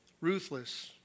ruthless